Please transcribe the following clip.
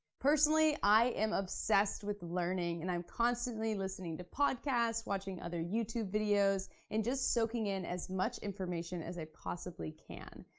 personally, i am obsessed with learning and i'm constantly listening to podcasts, watching other youtube videos, and just soaking in as much information as i possibly can.